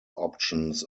options